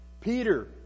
Peter